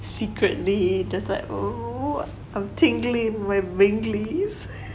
secretly just like oh I'm tingling in my wingle